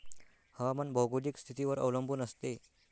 हवामान भौगोलिक स्थितीवर अवलंबून असते